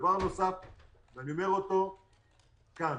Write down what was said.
דבר נוסף, אני אומר אותו כאן: